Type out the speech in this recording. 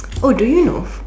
oh do you know